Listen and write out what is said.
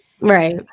right